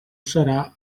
serà